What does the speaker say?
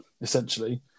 essentially